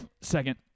second